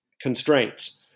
constraints